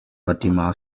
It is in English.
fatima